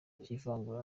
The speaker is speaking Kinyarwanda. cy’ivangura